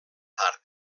tard